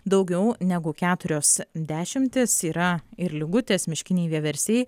daugiau negu keturios dešimtys yra ir lygutės miškiniai vieversiai